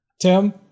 Tim